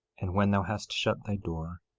and when thou hast shut thy door,